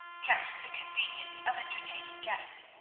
kept for the convenience of entertaining guests.